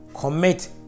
commit